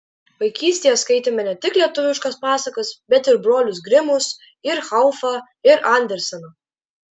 vaikystėje skaitėme ne tik lietuviškas pasakas bet ir brolius grimus ir haufą ir anderseną